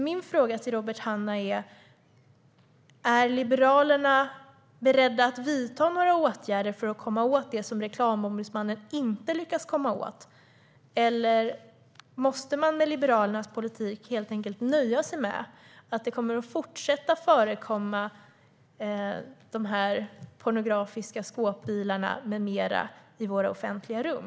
Min fråga till Robert Hannah är därför: Är Liberalerna beredda att vidta några åtgärder för att komma åt det som Reklamombudsmannen inte lyckas komma åt, eller måste man med Liberalernas politik helt enkelt nöja sig med att det kommer att fortsätta förekomma pornografiska skåpbilar med mera i våra offentliga rum?